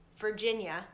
Virginia